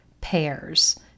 pears